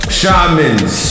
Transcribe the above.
shamans